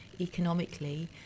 economically